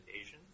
Asian